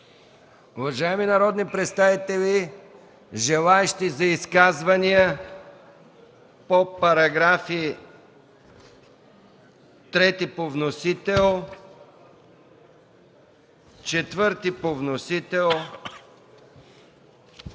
Уважаеми народни представители, желаещи за изказвания по параграфи 3 по вносител, 4 по вносител,